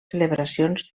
celebracions